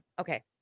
Okay